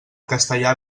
castellà